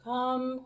Come